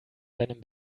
seinem